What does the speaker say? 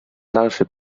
dalszy